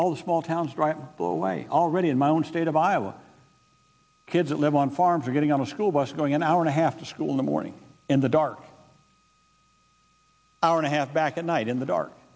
of small towns right blow away already in my own state of iowa kids that live on farms are getting on a school bus going an hour and a half to school in the morning in the dark hour and a half back at night in the dark